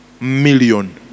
million